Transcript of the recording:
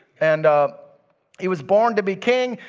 and he was born to be king.